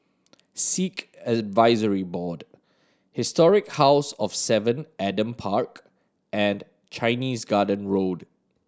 Sikh Advisory Board Historic House of Seven Adam Park and Chinese Garden Road